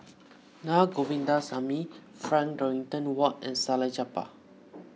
Naa Govindasamy Frank Dorrington Ward and Salleh Japar